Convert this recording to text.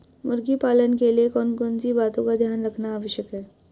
मुर्गी पालन के लिए कौन कौन सी बातों का ध्यान रखना आवश्यक है?